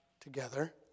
together